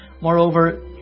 Moreover